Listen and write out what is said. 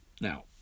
now